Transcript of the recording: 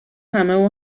همه